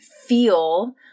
feel